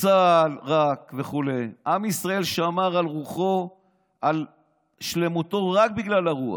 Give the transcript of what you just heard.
צה"ל וכו'; עם ישראל שמר על שלמותו רק בגלל הרוח.